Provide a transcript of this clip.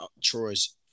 Troy's